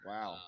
Wow